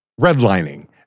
redlining